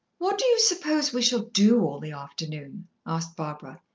what do you suppose we shall do all the afternoon? asked barbara.